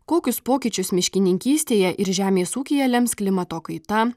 kokius pokyčius miškininkystėje ir žemės ūkyje lems klimato kaita